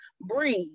breathe